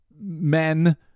men